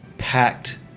packed